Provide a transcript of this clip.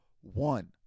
one